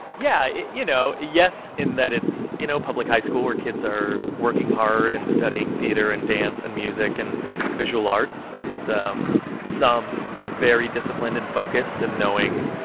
yeah, it you know, yes, in that it's, you know, public high school where kids are working hard and studying theater, and dance, and music and visual arts and um some very disciplined, and focused and knowing,